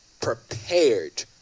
prepared